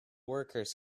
workers